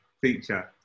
feature